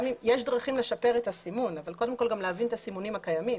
יש דרכים לשפר את הסימון אבל קודם כל גם להבין את הסימונים הקיימים.